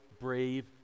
brave